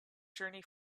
journey